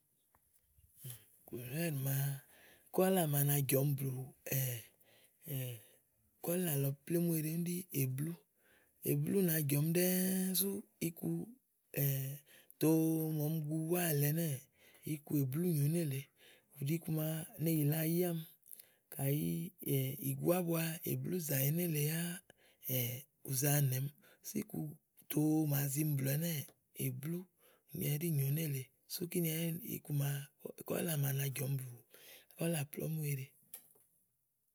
kùleur màa kɔ̀là màa na jɔɔmi kɔ̀là le blù plémù eɖe éblú, éblú là jɔ̀mi ɖɛ́ɛ́ sú iku tòo máa ɔmi gu búáá éè ɛnɛ́ɛ̀ iku éblú nyóo nélèe. Ùɖi iku màa ne yìlè ayàmi. Kayi ì gu ábu èblú zàyi nélèe yáá ù za nɛɔmi. sú iku tòo màa zimi blù ɛnɛ́ɛ̀ èblú úni ɛɖí nyóo nélèe. Kíni ɖi kɔ̀là màa na jɔ̀mi blù kɔla lɔ plémù eɖe.